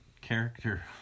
character